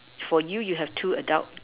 for you you have two adult